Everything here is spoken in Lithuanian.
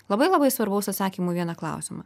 labai labai svarbaus atsakymoį vieną klausimą